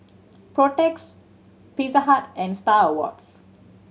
Protex Pizza Hut and Star Awards